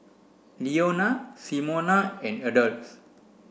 Leona Simona and Adolph